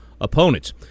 opponents